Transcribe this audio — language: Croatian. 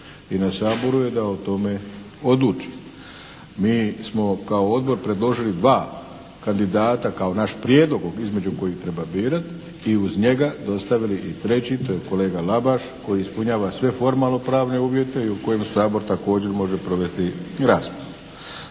i na Saboru je da o tome odluči. Mi smo kao Odbor predložili dva kandidata kao naš prijedlog između kojih treba birati i uz njega dostavili i treći. To je kolega Labaš koji ispunjava sve formalno-pravne uvjete i u kojem Sabor također može provesti raspravu.